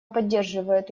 поддерживает